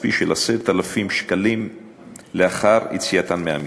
כספי של 10,000 שקלים לאחר יציאתן מהמקלט.